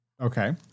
Okay